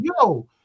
yo